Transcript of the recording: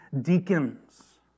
deacons